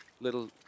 little